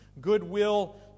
goodwill